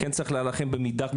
כן צריך להילחם במידע כוזב.